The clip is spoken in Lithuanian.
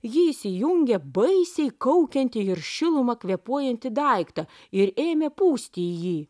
ji įsijungia baisiai kaukiantį ir šilumą kvėpuojantį daiktą ir ėmė pūsti į jį